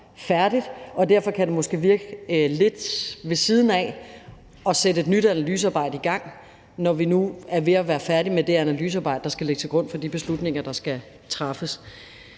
færdigt, og derfor kan det måske virke lidt ved siden af at sætte et nyt analysearbejde i gang, altså når vi nu er ved at være færdige med det analysearbejde, der skal ligge til grund for de beslutninger, der skal træffes.